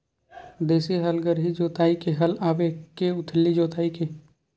देशी हल गहरी जोताई के हल आवे के उथली जोताई के?